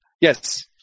Yes